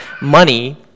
money